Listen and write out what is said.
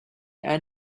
earn